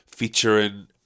Featuring